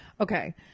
Okay